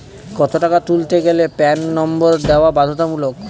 কত টাকা তুলতে গেলে প্যান নম্বর দেওয়া বাধ্যতামূলক?